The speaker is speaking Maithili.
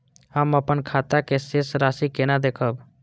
हम अपन खाता के शेष राशि केना देखब?